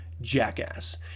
jackass